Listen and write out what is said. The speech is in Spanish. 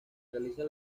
realiza